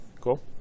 Cool